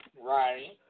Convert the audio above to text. right